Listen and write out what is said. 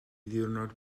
ddiwrnod